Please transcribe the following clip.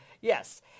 Yes